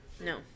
No